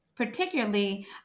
Particularly